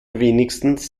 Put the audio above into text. wenigstens